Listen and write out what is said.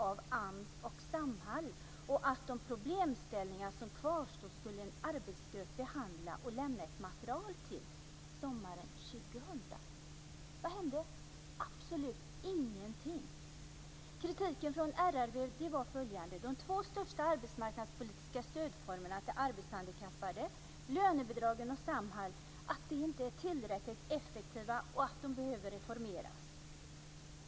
En arbetsgrupp skulle behandla de problemställningar som kvarstod och lämna ett material sommaren 2000. Vad hände? Det hände absolut ingenting. Kritiken från RRV gällde följande: De två största arbetsmarknadspolitiska stödformerna för arbetshandikappade - lönebidragen och Samhall - är inte tillräckligt effektiva och behöver reformeras.